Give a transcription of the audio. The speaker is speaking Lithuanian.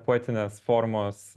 poetinės formos